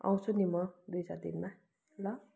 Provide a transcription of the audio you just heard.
आउँछु नि म दुई चार दिनमा ल